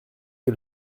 que